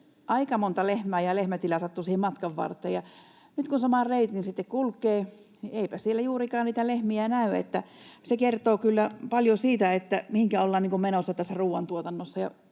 aika monta lehmää ja lehmätilaa sattui siihen matkan varteen. Nyt kun saman reitin sitten kulkee, niin eipä siellä juurikaan lehmiä näy, eli se kertoo kyllä paljon siitä, mihinkä ollaan menossa ruoantuotannossa,